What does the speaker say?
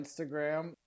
Instagram